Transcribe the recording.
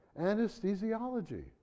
Anesthesiology